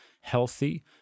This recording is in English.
healthy